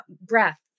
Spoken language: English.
breath